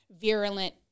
virulent